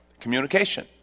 Communication